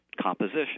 composition